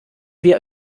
wir